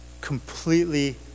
completely